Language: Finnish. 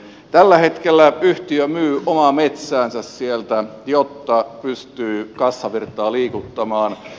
tällä hetkellä yhtiö myy omaa metsäänsä sieltä jotta pystyy kassavirtaa liikuttamaan